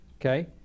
Okay